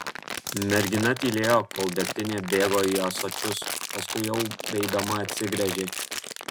mergina tylėjo kol degtinė bėgo į ąsočius paskui jau beeidama atsigręžė